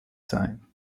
sein